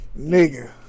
Nigga